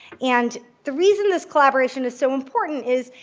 and the reason this collaboration is so important is,